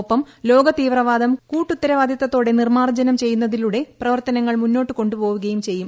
ഒപ്പം ലോക തീവ്രവാദം കൂട്ടുത്തരവാദിത്വത്തോടെ നിർമ്മാർജ്ജനം ചെയ്യുന്നതിലൂടെ പ്രവർത്തനങ്ങൾ മുന്നോട്ട് കൊണ്ടുപോവുകയും ചെയ്യും